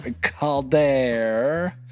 Calder